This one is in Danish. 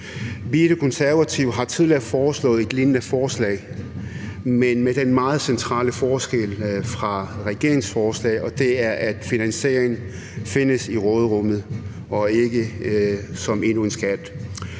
Vi Konservative har tidligere foreslået et lignende forslag, men med den meget centrale forskel i forhold til regeringens forslag, at finansieringen findes i råderummet og ikke som endnu en skat.